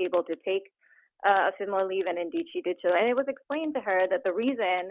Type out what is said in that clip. able to take him or leave and indeed she did so and it was explained to her that the reason